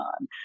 on